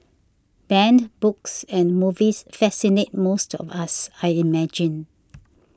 banned books and movies fascinate most of us I imagine